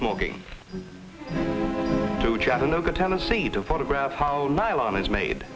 smoking to chattanooga tennessee to photograph how